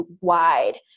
wide